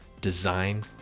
design